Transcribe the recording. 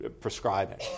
prescribing